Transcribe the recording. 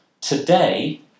Today